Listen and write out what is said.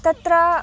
तत्र